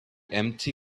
empty